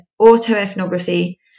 autoethnography